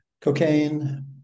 cocaine